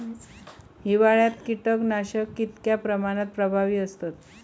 हिवाळ्यात कीटकनाशका कीतक्या प्रमाणात प्रभावी असतत?